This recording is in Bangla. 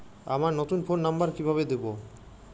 আমার নতুন ফোন নাম্বার কিভাবে দিবো?